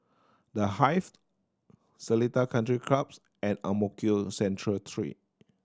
The Hive Seletar Country Clubs and Ang Mo Kio Central Three